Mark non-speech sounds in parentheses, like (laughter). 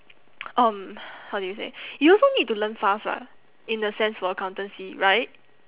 (noise) um how do you say you also need to learn fast [what] in a sense for accountancy right